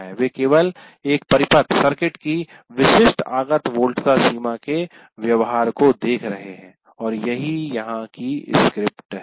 वे केवल एक परिपथ की विशिष्ट आगत वोल्टता सीमा के व्यवहार को देख रहे हैं और यही यहां की स्क्रिप्ट है